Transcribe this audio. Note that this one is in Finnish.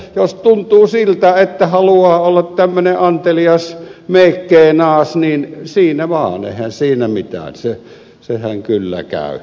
mutta jos tuntuu siltä että haluaa olla tämmöinen antelias maecenas niin eihän siinä mitään sehän kyllä käy